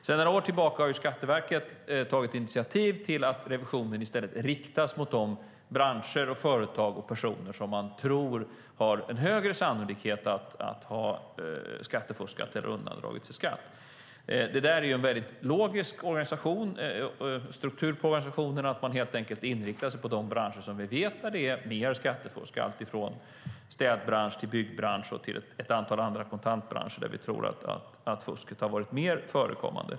Sedan några år tillbaka har Skatteverket tagit initiativ till att revisionen i stället riktas mot de branscher, företag och personer som man tror har en högre sannolikhet att ha skattefuskat, alltså att ha undandragit sig skatt. Det är en logisk struktur på organisationen att man helt enkelt inriktar sig på de branscher där man vet att det finns mer skattefusk - alltifrån städbransch till byggbransch och ett antal andra kontantbranscher, där vi tror att fusket har varit mer förekommande.